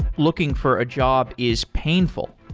looking for a job is painful,